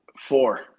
Four